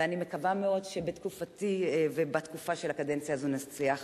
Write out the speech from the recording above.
ואני מקווה מאוד שבתקופתי ובתקופה של הקדנציה הזאת נצליח